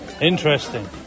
Interesting